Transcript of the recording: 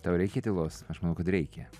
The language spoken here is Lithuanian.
tau reikia tylos aš manau kad reikia